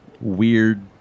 weird